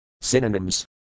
Synonyms